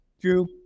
two